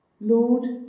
Lord